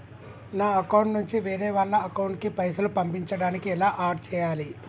నా అకౌంట్ నుంచి వేరే వాళ్ల అకౌంట్ కి పైసలు పంపించడానికి ఎలా ఆడ్ చేయాలి?